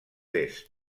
est